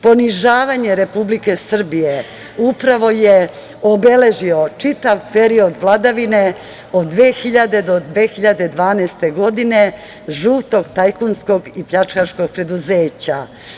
Ponižavanje Republike Srbije upravo je obeležio čitav period vladavine od 2000. do 2012. godine žutog tajkunskog i pljačkaškog preduzeća.